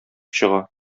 чыга